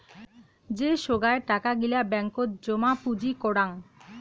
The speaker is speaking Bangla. যে সোগায় টাকা গিলা ব্যাঙ্কত জমা পুঁজি করাং